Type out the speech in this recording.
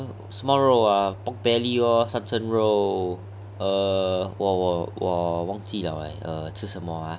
什么肉 ah pork belly lor 三层肉 err 我我我忘记了:wo wo wang ji le orh 吃什么 ah